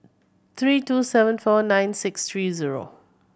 three two seven four nine six three zero